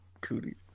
Cooties